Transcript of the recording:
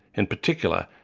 in particular,